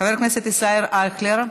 חבר הכנסת ישראל אייכלר,